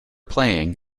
playing